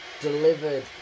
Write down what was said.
Delivered